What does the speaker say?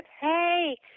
hey